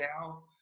now